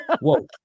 Whoa